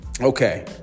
Okay